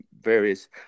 various